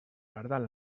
pardal